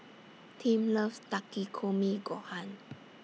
Tim loves Takikomi Gohan